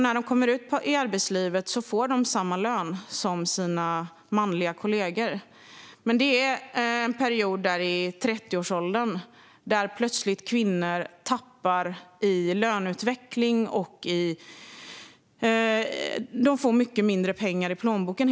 När de kommer ut i arbetslivet får de samma lön som sina manliga kollegor. Men i 30-årsåldern tappar kvinnor plötsligt i löneutveckling. De får helt enkelt mycket mindre pengar i plånboken.